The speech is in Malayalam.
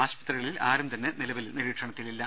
ആശുപത്രികളിൽ ആരും തന്നെ നിലവിൽ നിരീക്ഷണത്തിൽ ഇല്ല